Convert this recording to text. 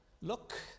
Look